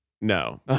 No